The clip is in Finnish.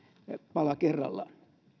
pala kerrallaan